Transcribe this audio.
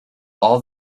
all